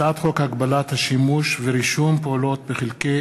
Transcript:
הצעת חוק הגבלת השימוש ורישום פעולות בחלקי